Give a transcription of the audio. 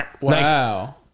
Wow